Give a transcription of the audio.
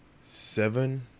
seven